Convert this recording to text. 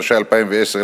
התשע"א 2010,